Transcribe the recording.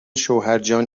شوهرجان